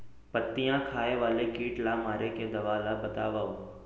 पत्तियां खाए वाले किट ला मारे के दवा ला बतावव?